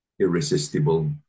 irresistible